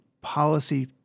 policy